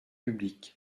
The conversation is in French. publics